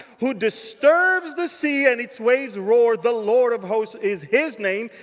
who disturbs the sea, and its waves roar. the lord of hosts is his name.